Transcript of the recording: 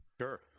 sure